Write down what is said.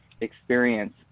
experience